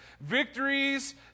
victories